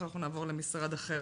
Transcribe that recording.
למשרד אחר